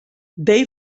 they